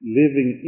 living